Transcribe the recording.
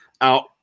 out